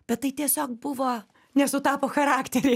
bet tai tiesiog buvo nesutapo charakteriai